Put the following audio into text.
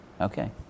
Okay